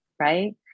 Right